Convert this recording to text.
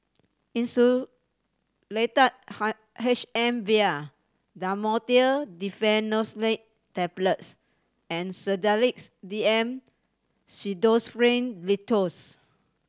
Insulatard H M vial Dhamotil Diphenoxylate Tablets and Sedilix D M Pseudoephrine Linctus